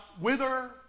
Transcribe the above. wither